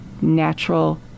natural